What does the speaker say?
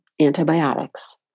antibiotics